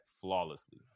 flawlessly